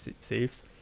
saves